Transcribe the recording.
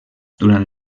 durant